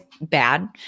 bad